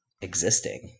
existing